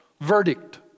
verdict